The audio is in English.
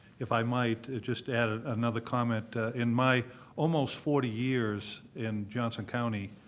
if i might just add another comment. in my almost forty years in johnson county,